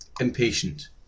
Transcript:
Impatient